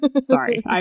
Sorry